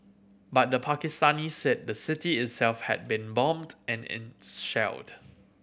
but the Pakistanis said the city itself had been bombed and in shelled